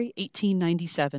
1897